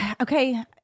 Okay